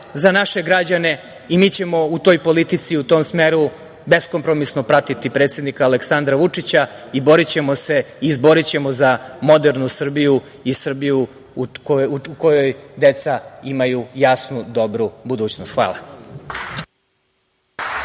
za naše građane. Mi ćemo u toj politici, u tom smeru, beskompromisno pratiti predsednika Aleksandra Vučića i borićemo se i izborićemo za modernu Srbiju i Srbiju u kojoj deca imaju jasnu, dobru budućnost. Hvala.